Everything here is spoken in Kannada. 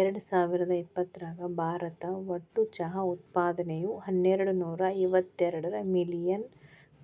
ಎರ್ಡಸಾವಿರದ ಇಪ್ಪತರಾಗ ಭಾರತ ಒಟ್ಟು ಚಹಾ ಉತ್ಪಾದನೆಯು ಹನ್ನೆರಡನೂರ ಇವತ್ತೆರಡ ಮಿಲಿಯನ್